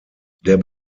der